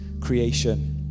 creation